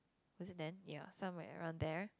was it then ya somewhere around there